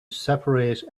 separate